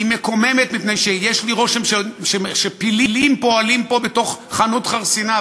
היא מקוממת מפני שיש לי רושם שפילים פועלים פה בתוך חנות חרסינה,